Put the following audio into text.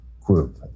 group